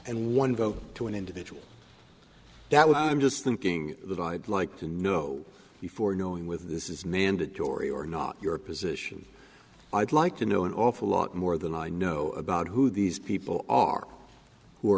and one vote to an individual that was i'm just thinking that i'd like to know before knowing with this is mandatory or not your position i'd like to know an awful lot more than i know about who these people are who